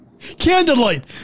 Candlelight